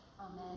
Amen